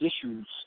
issues